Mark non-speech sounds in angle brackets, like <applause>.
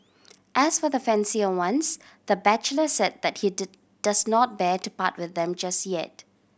as for the fancier ones the bachelor said that he <unintelligible> does not bear to part with them just yet